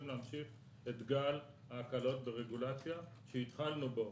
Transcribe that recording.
להמשיך את גל ההקלות ברגולציה שהתחלנו בו,